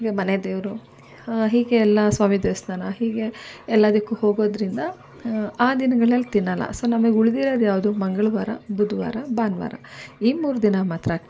ಮನೆ ದೇವರು ಹೀಗೆ ಎಲ್ಲ ಸ್ವಾಮಿ ದೇವಸ್ಥಾನ ಹೀಗೆ ಎಲ್ಲದಕ್ಕೂ ಹೋಗೋದರಿಂದ ಆ ದಿನಗಳಲ್ಲಿ ತಿನ್ನೋಲ್ಲ ಸೊ ನಮಗೆ ಉಳ್ದಿರೋದು ಯಾವುದು ಮಂಗಳವಾರ ಬುಧುವಾರ ಭಾನುವಾರ ಈ ಮೂರು ದಿನ ಮಾತ್ರ